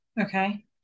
Okay